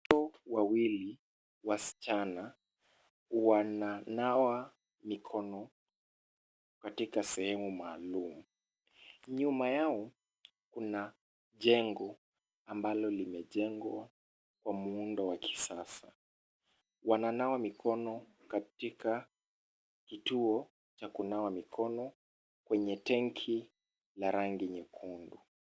Watoto wawili wasichana wananawa mikono katika sehemu maalum. Nyuma yao kuna jengo ambalo limejengwa kwa muundo wa kisasa. Wananawa mikono katika kituo cha kunawa mikono kwenye tenki ya rangi nyekundu.